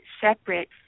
separate